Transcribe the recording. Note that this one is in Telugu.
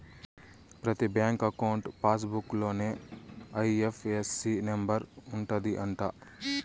ప్రతి బ్యాంక్ అకౌంట్ పాస్ బుక్ లోనే ఐ.ఎఫ్.ఎస్.సి నెంబర్ ఉంటది అంట